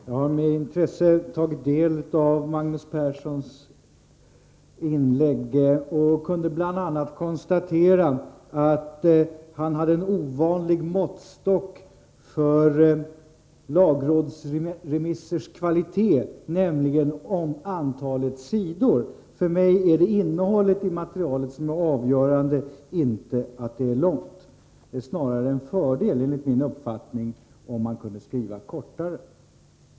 Herr talman! Jag har med intresse tagit del av Magnus Perssons inlägg och kunde bl.a. konstatera att han har en ovanlig måttstock för lagrådsremissers kvalitet, nämligen antalet sidor. För mig är det innehållet i materialet som är avgörande — inte att antalet sidor är stort. Det vore snarare en fördel, enligt min uppfattning, om man kunde skriva kortare.